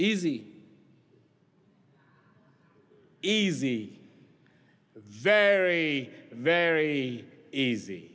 easy easy very very easy